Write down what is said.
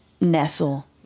Nestle